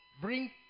bring